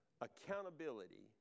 accountability